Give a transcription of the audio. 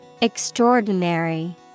Extraordinary